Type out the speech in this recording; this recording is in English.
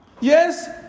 Yes